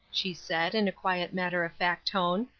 she said, in a quiet matter-of-fact tone.